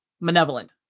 malevolent